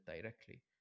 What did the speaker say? directly